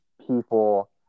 people